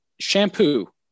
Shampoo